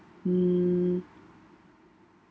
mm